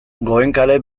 goenkale